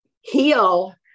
heal